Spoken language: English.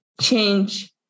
change